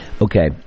Okay